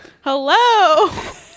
Hello